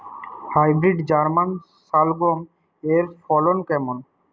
Hybrid German শালগম এর ফলন কেমন?